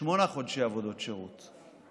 שמונה חודשי עבודות שירות.